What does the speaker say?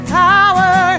power